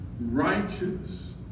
righteous